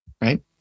Right